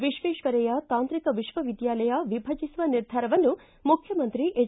ವಿಶ್ವೇಶ್ವರಯ್ಯ ತಾಂತ್ರಿಕ ವಿಶ್ವವಿದ್ಯಾಲಯ ವಿಭಜಿಸುವ ನಿರ್ಧಾರವನ್ನು ಮುಖ್ಯಮಂತ್ರಿ ಎಚ್